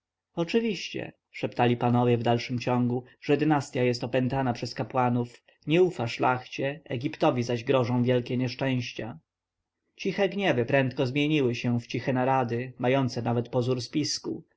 oczywiście szeptali panowie w dalszym ciągu że dynastja jest opętana przez kapłanów nie ufa szlachcie egiptowi zaś grożą wielkie nieszczęścia ciche gniewy prędko zamieniły się w ciche narady mające nawet pozór spisku